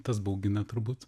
tas baugina turbūt